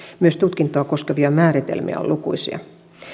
myös tutkintoa koskevia määritelmiä on lukuisia